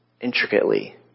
Intricately